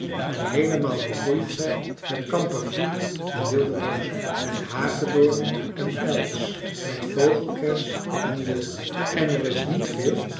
en heelemaal begroeid zijn met kamperfoelie en wilde rozen met hagedoorn en els met vogelkers en wilgen en er is niet veel